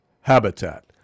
Habitat